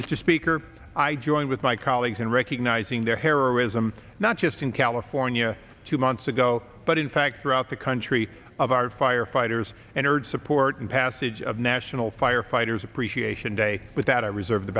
mr speaker i join with my colleagues in recognizing their heroism not just in california two months ago but in fact throughout the country of our firefighters injured support and passage of national firefighters appreciation day but that i reserve the